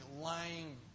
lying